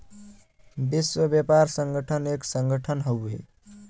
विश्व व्यापार संगठन एक संगठन हउवे